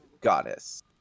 goddess